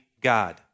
God